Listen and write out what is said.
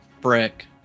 brick